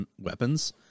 weapons